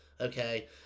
okay